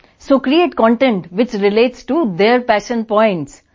so create content which relates to their passion points.